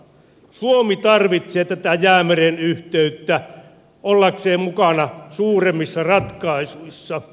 suomi tarvitsee tätä jäämeren yhteyttä ollakseen mukana suuremmissa ratkaisuissa